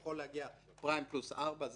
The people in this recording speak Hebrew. זה יכול להגיע לפריים פלוס 4%,